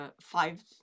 five